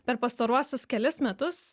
per pastaruosius kelis metus